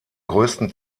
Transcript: größten